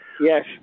Yes